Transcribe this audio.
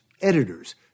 editors